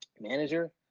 manager